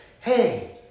hey